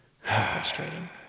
Frustrating